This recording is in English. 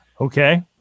Okay